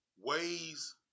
ways